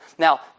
Now